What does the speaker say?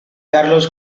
carlos